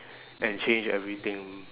and change everything